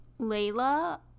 Layla